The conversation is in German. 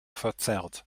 verzerrt